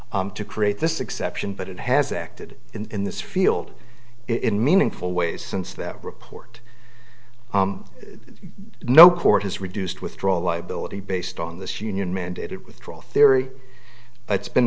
to create this exception but it has acted in this field in meaningful ways since that report no court has reduced withdraw liability based on this union mandated withdrawal theory it's been